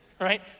right